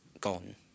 gone